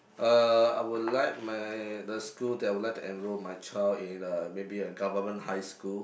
uh I would like my the school that I would like to enrol my child in uh maybe a government high school